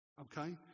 okay